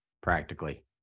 practically